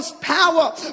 power